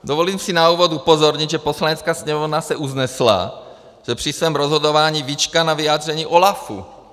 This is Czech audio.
Dovolím si na úvod upozornit, že Poslanecká sněmovna se usnesla, že při svém rozhodování vyčká na vyjádření OLAFu.